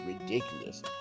ridiculous